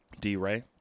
D-Ray